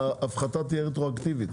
ההפחתה תהיה רטרואקטיבית,